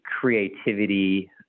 creativity